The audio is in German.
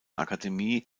akademie